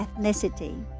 ethnicity